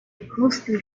ghostly